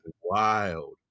Wild